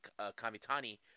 Kamitani